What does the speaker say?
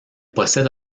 possède